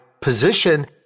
position